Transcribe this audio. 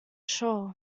sure